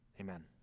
amen